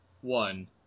one